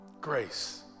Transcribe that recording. Grace